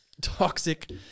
toxic